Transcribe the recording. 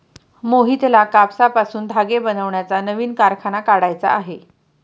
मोहितला कापसापासून धागे बनवण्याचा नवीन कारखाना काढायचा आहे